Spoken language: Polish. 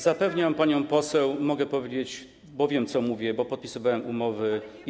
Zapewniam panią poseł, mogę powiedzieć, bo wiem, co mówię, bo podpisywałem umowy i wiem.